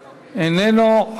איננו.